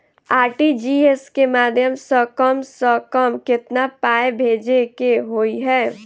RTGS केँ माध्यम सँ कम सऽ कम केतना पाय भेजे केँ होइ हय?